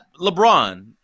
LeBron